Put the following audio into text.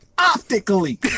Optically